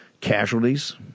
casualties